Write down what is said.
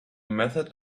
method